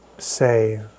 Say